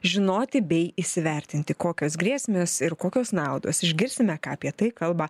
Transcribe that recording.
žinoti bei įsivertinti kokios grėsmes ir kokios naudos išgirsime ką apie tai kalba